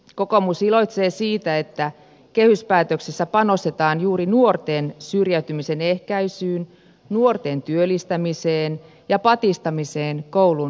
kokoomus iloitsee siitä että kehyspäätöksessä panostetaan juuri nuorten syrjäytymisen ehkäisyyn nuorten työllistämiseen ja patistamiseen koulun penkille